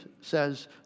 says